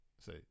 Say